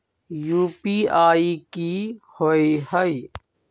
UPI कि होअ हई?